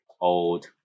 Old